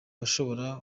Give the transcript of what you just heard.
bashobora